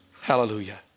Hallelujah